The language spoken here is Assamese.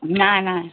নাই নাই